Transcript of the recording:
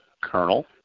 colonel